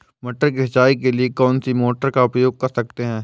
मटर की सिंचाई के लिए कौन सी मोटर का उपयोग कर सकते हैं?